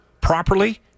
properly